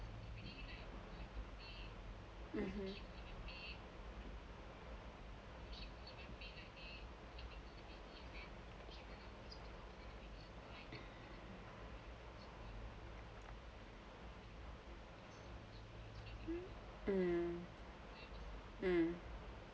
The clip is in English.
mmhmm mm mm